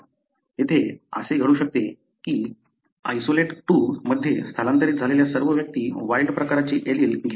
येथे असे घडू शकते की आयसोलेट 2 मध्ये स्थलांतरित झालेल्या सर्व व्यक्ती वाइल्ड प्रकारची एलील घेऊन येत आहेत